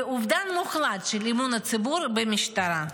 ואובדן מוחלט של אמון הציבור במשטרה.